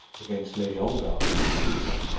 against lady ongar as he did so.